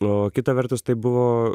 o kita vertus tai buvo